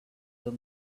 were